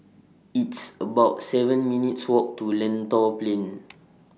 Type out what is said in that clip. It's about seven minutes' Walk to Lentor Plain